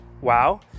wow